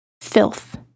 filth